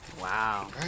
wow